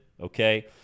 okay